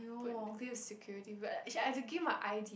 put give security but like I should to give my I_D